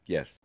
Yes